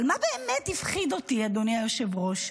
אבל מה באמת הפחיד אותי, אדוני היושב-ראש?